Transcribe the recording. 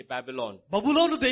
Babylon